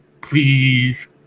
please